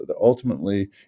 Ultimately